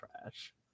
trash